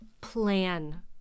plan